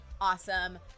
awesome